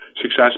Success